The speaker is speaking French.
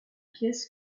pièces